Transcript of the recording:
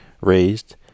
raised